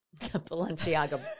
Balenciaga